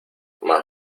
más